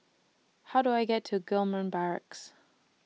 How Do I get to Gillman Barracks